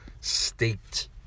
State